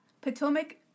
Potomac